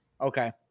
Okay